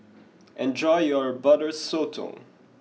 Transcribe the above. enjoy your butter Sotong